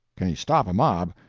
can he stop a mob!